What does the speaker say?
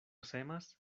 semas